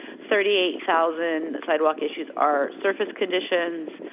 thirty eight thousand sidewalk issues are surface conditions,